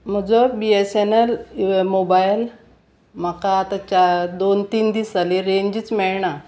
म्हजो BSNL mobile म्हाका आतां चार दोन तीन दिसा रेंजूच मेळना